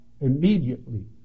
immediately